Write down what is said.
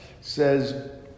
says